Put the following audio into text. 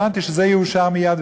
כי הבנתי שזה יאושר מייד.